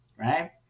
right